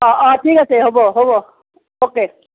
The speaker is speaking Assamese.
অঁ অঁ ঠিক আছে হ'ব হ'ব অ'কে